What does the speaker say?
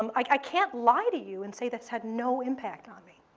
um like i can't lie to you and say that's had no impact on me.